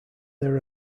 there